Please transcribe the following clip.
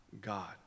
God